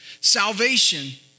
Salvation